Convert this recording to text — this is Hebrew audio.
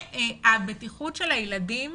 והבטיחות של הילדים